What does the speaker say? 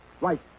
Right